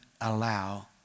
allow